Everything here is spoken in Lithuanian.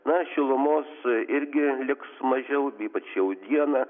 na šilumos irgi liks mažiau ypač jau dieną